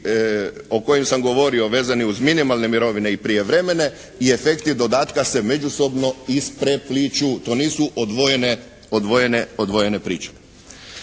o kojim sam govorio vezani uz minimalne mirovine i prijevremene i efekti dodatka se međusobno isprepliću. To nisu odvojene priče.